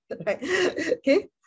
okay